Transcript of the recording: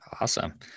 Awesome